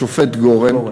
השופט גורן,